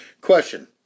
Question